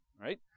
right